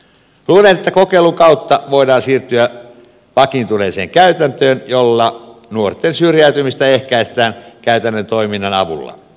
luulen että kokeilun kautta voidaan siirtyä vakiintuneeseen käytäntöön jolla nuorten syrjäytymistä ehkäistään käytännön toiminnan avulla